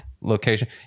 location